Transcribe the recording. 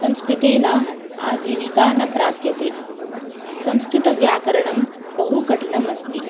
संस्कृतेन आजीविका न प्राप्यते संस्कृतव्याकरणं बहुकठिनम् अस्ति